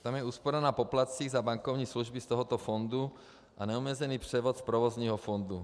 Tam je úspora na poplatcích za bankovní služby z tohoto fondu a neomezený převod z provozního fondu.